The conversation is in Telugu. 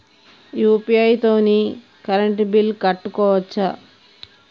యూ.పీ.ఐ తోని కరెంట్ బిల్ కట్టుకోవచ్ఛా?